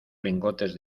lingotes